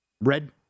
Red